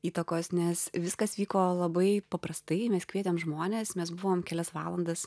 įtakos nes viskas vyko labai paprastai mes kvietėm žmones mes buvome kelias valandas